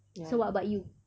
so what about you